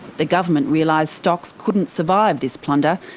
the government realised stocks couldn't survive this plunder,